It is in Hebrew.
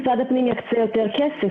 לפעמים נתקעים באישורים כאלה שנתיים,